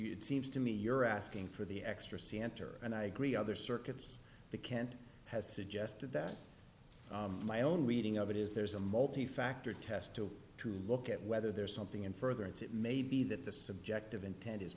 it seems to me you're asking for the extra c enter and i agree other circuits the can't has suggested that my own reading of it is there's a multi factor test to to look at whether there's something in furtherance it may be that the subjective intent is